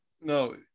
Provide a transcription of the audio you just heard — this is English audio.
no